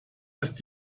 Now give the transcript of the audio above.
ist